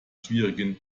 schwierigen